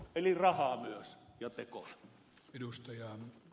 eli rahaa myös ja tekoja